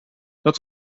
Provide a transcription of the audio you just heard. dat